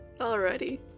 Alrighty